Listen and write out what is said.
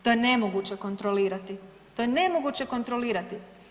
To je nemoguće kontrolirati, to je nemoguće kontrolirati.